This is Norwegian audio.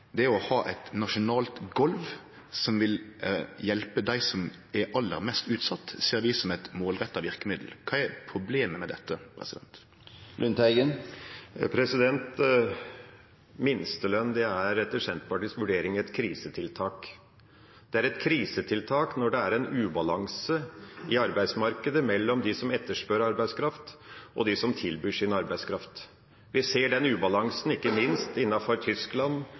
Det å ha eit nasjonalt golv som vil hjelpe dei som er aller mest utsette, ser vi som eit målretta verkemiddel. Kva er problemet med dette? Minstelønn er etter Senterpartiets vurdering et krisetiltak, det er et krisetiltak når det er en ubalanse i arbeidsmarkedet mellom dem som etterspør arbeidskraft, og dem som tilbyr sin arbeidskraft. Vi ser den ubalansen ikke minst i Tyskland